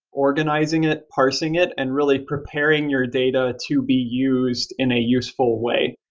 organizing it, parsing it and really preparing your data to be used in a useful way.